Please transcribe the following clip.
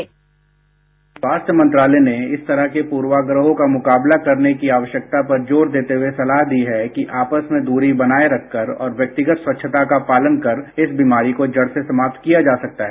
bite स्वास्थ्य मंत्रालय ने इस तरह के पूर्वाग्रहों का मुकाबला करने की आवश्यकता पर जोर देते हुए सलाह दी है कि आपस में दूरी बनाए रखकर और व्यक्तिगत स्वच्छता का पालन कर इस बीमारी को जड़ से समाप्त किया जा सकता है